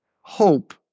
hope